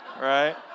right